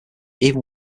even